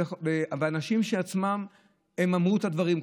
אנשים עצמם אמרו את הדברים קודם.